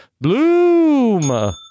Bloom